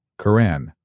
Quran